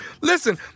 Listen